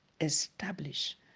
establish